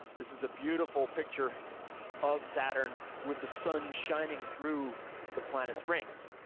this is a beautiful picture of saturn, with the sun shining through the planet's rings.